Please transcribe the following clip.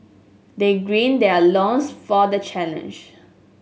they gird their loins for the challenge